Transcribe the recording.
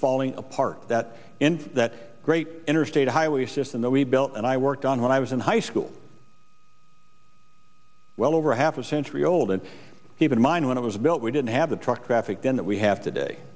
falling apart that and that great interstate highway system that we built and i worked on when i was in high school well over half a century old and keep in mind when it was built we didn't have the truck traffic then that we have today